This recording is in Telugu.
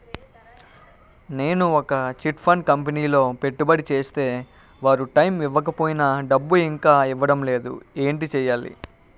నేను ఒక చిట్ ఫండ్ కంపెనీలో పెట్టుబడి చేస్తే వారు టైమ్ ఇవ్వకపోయినా డబ్బు ఇంకా ఇవ్వడం లేదు ఏంటి చేయాలి?